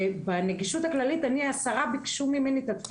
ובנגישות הכללית עשרה ביקשו ממני בחצי שנה האחרונה את הטפסים,